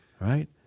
right